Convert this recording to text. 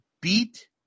beat